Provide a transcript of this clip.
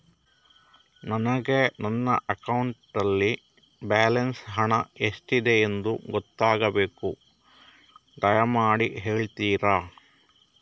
ನನಗೆ ನನ್ನ ಅಕೌಂಟಲ್ಲಿ ಬ್ಯಾಲೆನ್ಸ್ ಹಣ ಎಷ್ಟಿದೆ ಎಂದು ಗೊತ್ತಾಗಬೇಕು, ದಯಮಾಡಿ ಹೇಳ್ತಿರಾ?